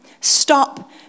Stop